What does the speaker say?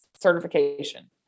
certification